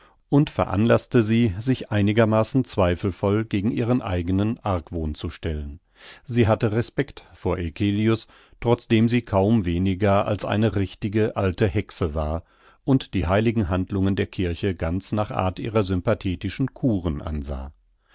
und veranlaßte sie sich einigermaßen zweifelvoll gegen ihren eigenen argwohn zu stellen sie hatte respekt vor eccelius trotzdem sie kaum weniger als eine richtige alte hexe war und die heiligen handlungen der kirche ganz nach art ihrer sympathetischen kuren ansah